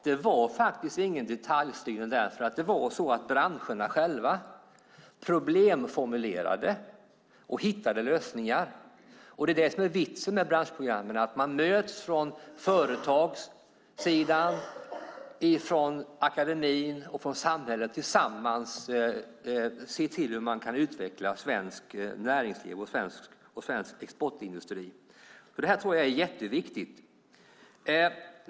Det var faktiskt ingen detaljstyrning därför att branscherna själva problemformulerade och hittade lösningar. Det är det som är vitsen med branschprogrammen. Man möts från företagssidan, från akademin och från samhället och ser tillsammans hur man kan utveckla svenskt näringsliv och svensk exportindustri. Det tror jag är jätteviktigt.